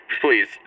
please